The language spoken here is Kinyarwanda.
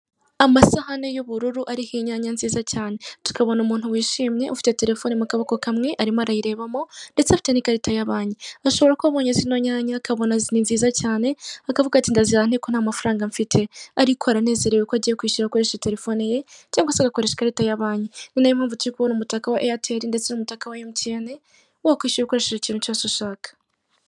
Amasahane y'ubururu ariho inyanya nziza cyane, tukabona umuntu wishimye ufite terefoni mu kaboko kamwe arimo arayirebamo ndetse afite n'ikarita ya banki, ashobora kuba abonye zino nyanya akabona ni nziza cyane, akavuga ati: ndazihaha nte ko nta mafaranga mfite? Ariko aranezerewe kuko agiye kwishyura akoresheje terefoni ye cyangwa se agakoresha ikarita ya banki, ni nayo mpamvu turi kubona umutaka wa AIRTEL ndetse n'umutaka wa MTN; wakwishyura ukoresheje ikintu cyose ushaka.